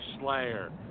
Slayer